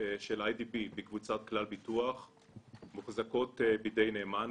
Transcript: של אי די בי בקבוצת כלל ביטוח מוחזקות בידי נאמן,